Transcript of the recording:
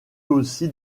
aussi